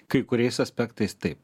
kai kuriais aspektais taip